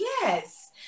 yes